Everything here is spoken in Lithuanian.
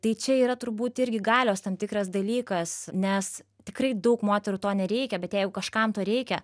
tai čia yra turbūt irgi galios tam tikras dalykas nes tikrai daug moterų to nereikia bet jeigu kažkam to reikia